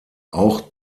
auch